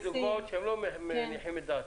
את מביאה לי דוגמאות שלא מניחות את דעתי.